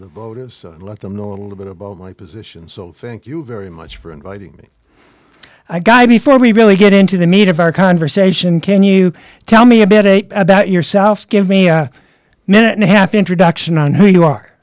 the voters and let them know a little bit about my position so thank you very much for inviting me i guy before we really get into the meat of our conversation can you tell me a bit about yourself give me a minute and a half introduction on who you are